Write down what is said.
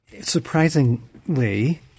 Surprisingly